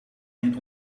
een